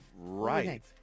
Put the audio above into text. right